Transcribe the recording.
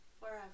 forever